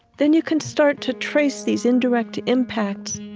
then you can start to trace these indirect impacts